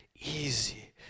easy